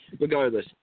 regardless